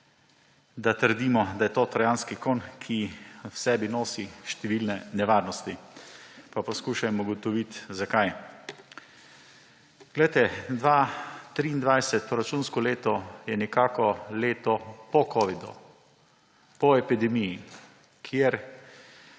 da trdimo, da je to trojanski konj, ki v sebi nosi številne nevarnosti. Pa poskušajmo ugotoviti, zakaj. Glejte, 2023 proračunsko leto je nekako leto po covidu, po epidemiji, kjer